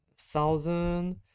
thousand